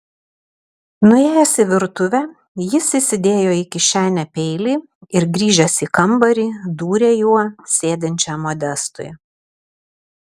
nuėjęs į virtuvę jis įsidėjo į kišenę peilį ir grįžęs į kambarį dūrė juo sėdinčiam modestui